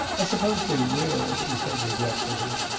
i suppose there will, she said regretfully.